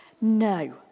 No